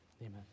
Amen